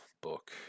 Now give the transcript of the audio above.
book